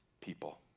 people